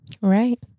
Right